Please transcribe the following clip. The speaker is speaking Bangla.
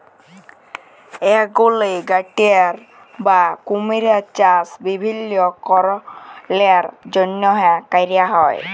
এলিগ্যাটর বা কুমিরের চাষ বিভিল্ল্য কারলের জ্যনহে ক্যরা হ্যয়